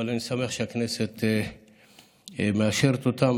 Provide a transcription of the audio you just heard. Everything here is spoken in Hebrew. אבל אני שמח שהכנסת מאשרת אותן.